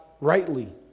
rightly